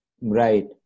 Right